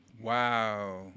Wow